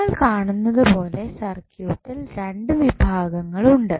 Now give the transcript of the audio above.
നിങ്ങൾ കാണുന്നതുപോലെ സർക്യൂട്ടിൽ രണ്ട് വിഭാഗങ്ങൾ ഉണ്ട്